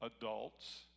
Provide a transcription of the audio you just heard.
Adults